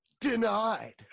denied